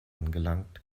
angelangt